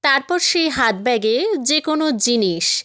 তারপর সেই হাত ব্যাগে যে কোনো জিনিস